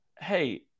Hey